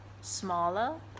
smaller